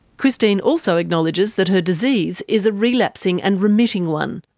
christine also acknowledges that her disease is a relapsing and remitting one.